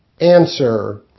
Answer